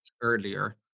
earlier